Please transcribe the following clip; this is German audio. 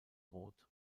rot